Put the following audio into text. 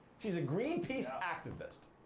she's a green peace activist.